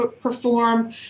perform